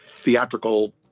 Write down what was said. theatrical